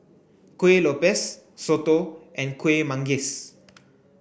Kuih Lopes Soto and Kueh Manggis